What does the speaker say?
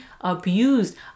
abused